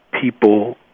people